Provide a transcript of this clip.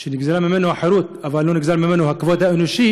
שנגזלה ממנו החירות אבל לא נגזלו ממנו הכבוד האנושי